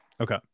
Okay